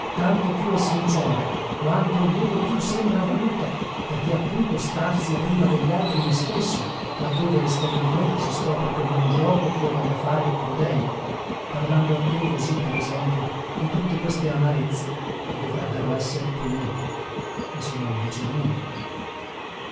tanto più è sincera quanto e dove più sembra voluta perché appunto strazia prima degli altri me stesso là dove esteriormente si scopre come un giuoco ch'io voglia fare crudele parlando a te così per esempio di tutte queste amarezze che dovrebbero esser tue e sono invece mie